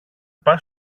πας